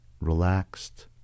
relaxed